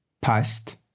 Past